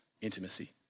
intimacy